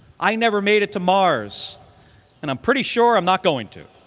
i never made it to mars and i'm pretty sure i'm not going to,